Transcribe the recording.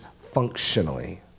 functionally